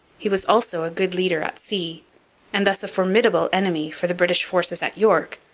he was also a good leader at sea and thus a formidable enemy for the british forces at york,